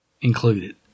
included